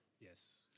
Yes